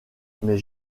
mes